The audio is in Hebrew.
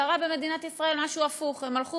קרה במדינת ישראל משהו הפוך: הם הלכו